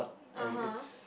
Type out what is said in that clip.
(uh huh)